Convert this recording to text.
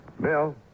Bill